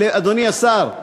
אדוני השר,